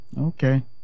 Okay